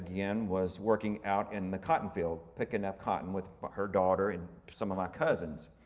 again was working out in the cotton field, picking up cotton with her daughter and some of my cousins.